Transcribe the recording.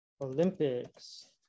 Olympics